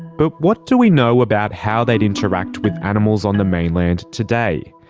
but what do we know about how they'd interact with animals on the mainland today?